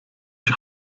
ich